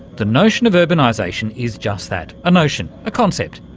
the notion of urbanisation is just that, a notion, a concept.